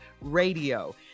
radio